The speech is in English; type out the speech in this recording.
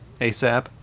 asap